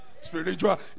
Spiritual